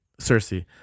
Cersei